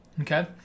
Okay